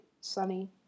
Sunny